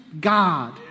God